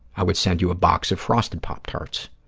i would send you a box of frosted pop tarts.